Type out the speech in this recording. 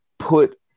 put